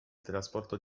trasporto